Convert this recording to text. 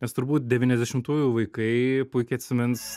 nes turbūt devyniasdešimtųjų vaikai puikiai atsimins